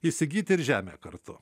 įsigyti ir žemę kartu